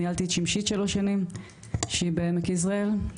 ניהלתי את שמשית שלוש שנים שהיא בעמק יזרעאל,